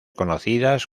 conocidas